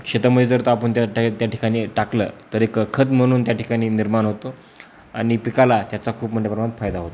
शेतामध्ये जर तर आपण त्या त्या ठिकाणी टाकलं तर एक खत म्हणून त्या ठिकाणी निर्माण होतो आणि पिकाला त्याचा खूप मोठ्याप्रमाणात फायदा होतो